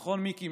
נכון, מיקי?